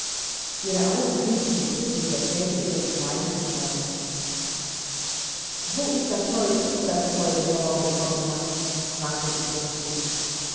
ihre augen glitten mit tödlicher kälte über die kleine gestalt wo ist das neue tuch daß du heute morgen bekommen hast fragte sie plötzlich